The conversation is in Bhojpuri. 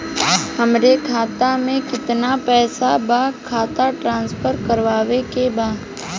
हमारे खाता में कितना पैसा बा खाता ट्रांसफर करावे के बा?